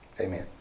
Amen